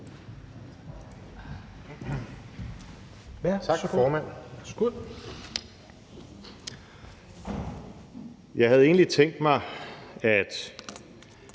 Tak, formand. Jeg havde egentlig tænkt mig, at